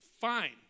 fine